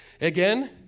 again